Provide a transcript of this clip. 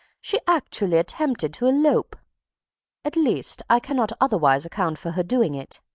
she actually attempted to elope at least, i cannot otherwise account for her doing it.